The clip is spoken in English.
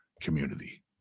community